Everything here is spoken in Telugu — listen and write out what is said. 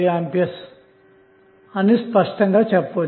5A అని చెప్పవచ్చు